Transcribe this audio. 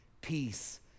peace